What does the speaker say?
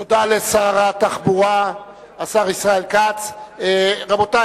רבותי,